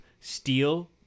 steel